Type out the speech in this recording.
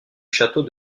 château